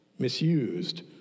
misused